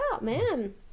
man